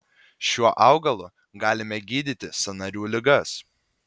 šiuo augalu galime gydyti sąnarių ligas